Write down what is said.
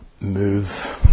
move